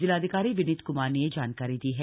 जिलाधिकारी विनीत क्मार ने यह जानकारी दी है